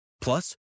Plus